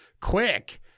quick